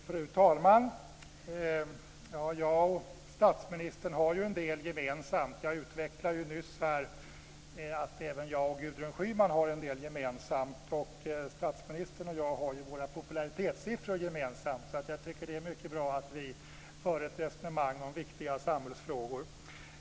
Fru talman! Jag och statsministern har en del gemensamt. Jag utvecklade nyss här att även jag och Gudrun Schyman har en del gemensamt. Statsministern och jag har ju våra popularitetssiffror gemensamt, så jag tycker att det är mycket bra att vi för ett resonemang om viktiga samhällsfrågor.